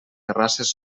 terrasses